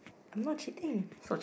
I am not cheating